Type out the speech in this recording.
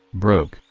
broke,